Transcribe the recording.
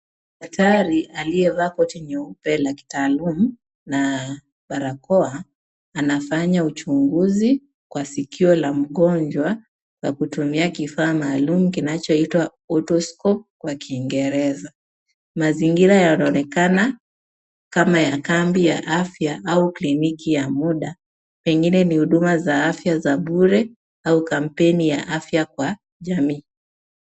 Daktari aliyevaa koti nyeupe ya kitaalum na barakoa anafanya uchunguzi kwa sikio la mgonjwa kwa kutumia kifaa maalum kinachoitwa othoscope kwa kiingereza. Mazingira yanaonekana kama ya kambi ya afya au kliniki ya muda. Pengine ni huduma za afya za bure au kampeni za afya kwa jamii.